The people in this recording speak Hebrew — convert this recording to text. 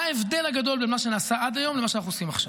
מה ההבדל הגדול בין מה שנעשה עד היום למה שאנחנו עושים עכשיו?